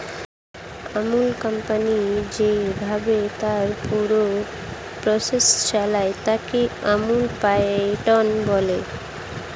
আমূল company যেইভাবে তার পুরো প্রসেস চালায়, তাকে আমূল প্যাটার্ন বলে